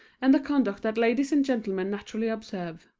and the conduct that ladies and gentlemen naturally observe.